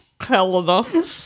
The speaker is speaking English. Helena